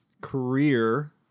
career